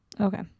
Okay